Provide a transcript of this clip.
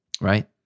right